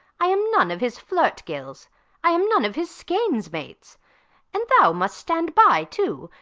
i am none of his flirt-gills i am none of his skains-mates and thou must stand by too,